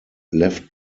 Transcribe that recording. left